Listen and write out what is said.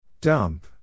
Dump